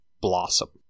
blossom